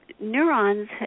neurons